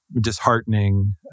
disheartening